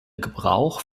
gebrauch